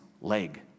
leg